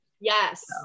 Yes